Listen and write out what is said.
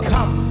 Come